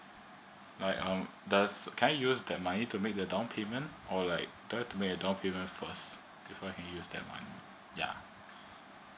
like um does can I use that money to make the down payment or like try to make a down payment first before i can use that one ya